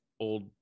old